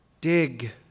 Dig